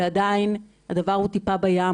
ועדיין, הדבר הוא טיפה בים.